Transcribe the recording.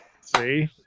See